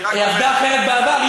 היא עבדה אחרת בעבר.